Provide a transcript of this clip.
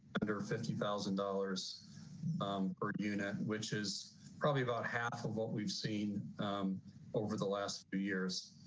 under fifty thousand dollars per unit, which is probably about half of what we've seen over the last few years.